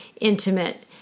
intimate